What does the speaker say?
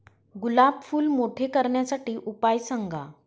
गुलाब फूल मोठे करण्यासाठी उपाय सांगा?